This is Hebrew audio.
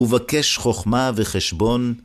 ‫ובקש חכמה וחשבון.